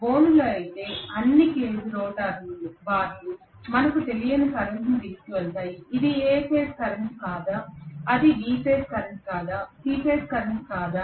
బోనులో అయితే అన్ని కేజ్ రోటర్ బార్లు మనకు తెలియని కరెంట్ను తీసుకువెళతాయి ఇది ఎ ఫేజ్ కరెంట్ కాదా అది బి ఫేజ్ కరెంట్ కాదా సి ఫేజ్ కరెంట్ కాదా